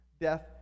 death